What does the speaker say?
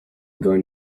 going